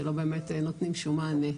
שלא באמת נותנים שום מענה,